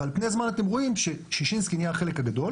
ועל פני אתם רואים ששישינסקי נהיה החלק הגדול